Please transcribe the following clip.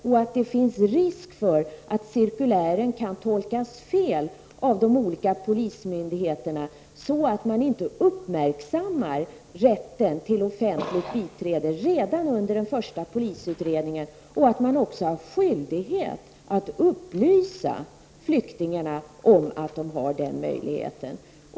Det finns nämligen risk för att cirkulären kan tolkas fel av de olika polismyndigheterna, så att de inte uppmärksammar rätten till offentligt biträde redan under den första polisutredningen och att polismyndigheten också har skyldighet att upplysa flyktingarna om att de har denna möjlighet.